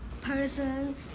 person